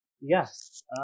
Yes